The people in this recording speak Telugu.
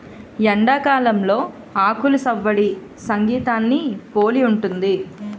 ఎండాకాలంలో ఆకులు సవ్వడి సంగీతాన్ని పోలి ఉంటది